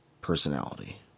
personality